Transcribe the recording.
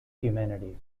humanity